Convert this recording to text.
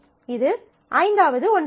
இது ஐந்தாவது ஒன்றாகும்